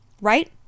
right